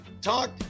talk